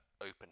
open